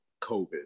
COVID